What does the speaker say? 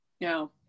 no